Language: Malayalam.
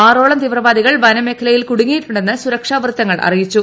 ആറോളം തീവ്രവാദികൾ വനമേഖലയിൽ കുടുങ്ങിയിട്ടുണ്ടെന്ന് സു്രക്ഷാ വൃത്തങ്ങൾ അറിയിച്ചു